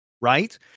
right